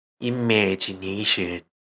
imagination